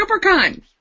Supercon